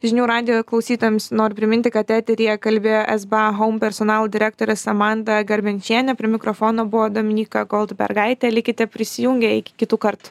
žinių radijo klausytojams noriu priminti kad eteryje kalbėjo sba houm personalo direktorė samanta garbenčienė prie mikrofono buvo dominyka goldbergaitė likite prisijungę iki kitų kartų